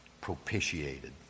propitiated